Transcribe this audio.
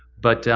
but